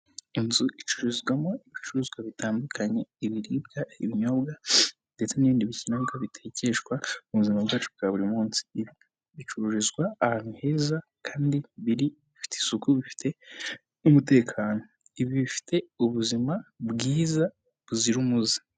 Inzu icururizwamo ibicuruzwa bitandukanye, ibiribwa, ibinyobwa ndetse n'ibindi bikenerwa bitekeshwa mu buzima bwacu bwa buri munsi. Ibi bicururizwa ahantu heza kandi bifite isuku, bifite n'umutekano. Ibi bifite ubuzima bwiza buzira umuze.